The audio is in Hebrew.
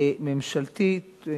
הממשלתית.